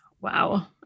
Wow